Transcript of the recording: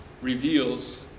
reveals